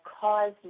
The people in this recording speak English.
cause